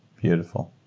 beautiful